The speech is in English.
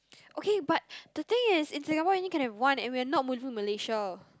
okay but the thing is in Singapore you only can have one and we are not moving to Malaysia